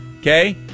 Okay